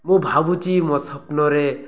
ମୁଁ ଭାବୁଛି ମୋ ସ୍ୱପ୍ନରେ